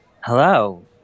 Hello